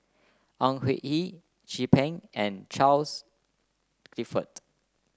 Au Hing Yee Chin Peng and Charles Clifford